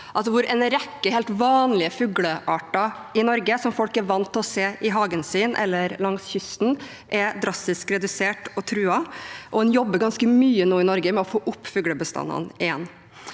en rekke helt vanlige fuglearter i Norge, som folk er vant til å se i hagen sin eller langs kysten, er drastisk redusert og truet. En jobber nå ganske mye i Norge med å få opp fuglebestandene igjen.